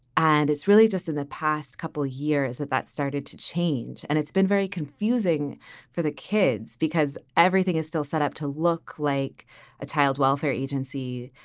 and it's really just in the past couple of years that that started to change. and it's been very confusing for the kids because everything is still set up to look like a child welfare agency.